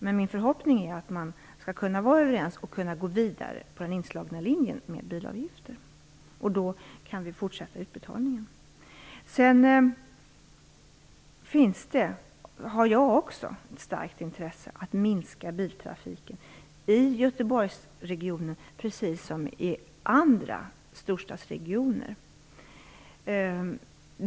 Men min förhoppning är att man skall kunna vara överens och kunna gå vidare på den inslagna linjen med bilavgifter. Då kan vi också fortsätta utbetalningen. Jag har också ett starkt intresse av att minska biltrafiken i Göteborgsregionen precis som i andra storstadsregioner.